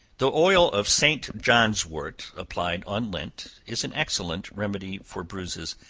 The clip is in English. the oil of st. johnswort applied on lint, is an excellent remedy for bruises,